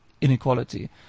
inequality